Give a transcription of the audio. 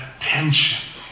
attention